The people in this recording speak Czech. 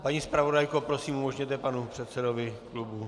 Paní zpravodajko, prosím, umožněte panu předsedovi klubu...